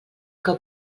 que